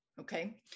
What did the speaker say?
okay